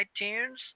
iTunes